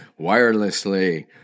wirelessly